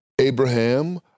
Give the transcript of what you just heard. Abraham